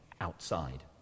outside